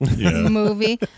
movie